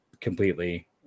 completely